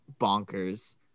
bonkers